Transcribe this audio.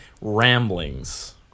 ramblings